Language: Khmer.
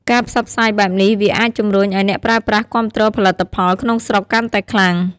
ការផ្សព្វផ្សាយបែបនេះ វាអាចជំរុញឱ្យអ្នកប្រើប្រាស់គាំទ្រផលិតផលក្នុងស្រុកកាន់តែខ្លាំង។